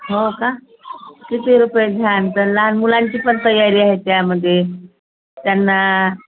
हो का किती रुपये घ्याल पण लहान मुलांची पण तयारी आहे त्यामध्ये त्यांना